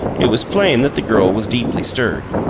it was plain that the girl was deeply stirred.